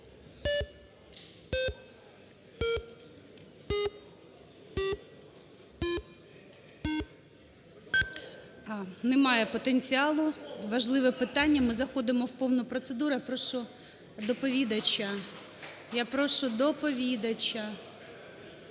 Немає потенціалу. Важливе питання. Ми заходимо в повну процедуру. Я порошу доповідача.